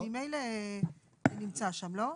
זה ממילא נמצא שם, לא?